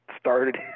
started